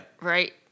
Right